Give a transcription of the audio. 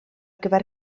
gyfer